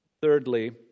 Thirdly